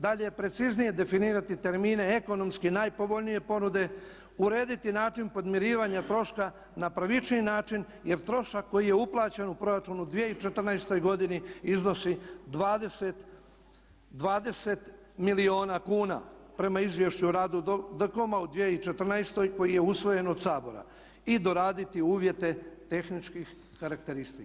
Dalje, preciznije definirati termine ekonomski najpovoljnije ponude, urediti način podmirivanja troška na pravičniji način jer trošak koji je uplaćen u proračunu u 2014. godini iznosi 20 milijuna kuna prema izvješću o radu DKOM-a u 2014. koji je usvojen od Sabora i doraditi uvjete tehničkih karakteristika.